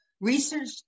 Research